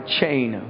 chain